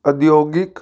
ਉਦਯੋਗਿਕ